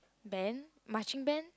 band marching band